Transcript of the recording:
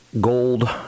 gold